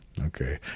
Okay